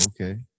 okay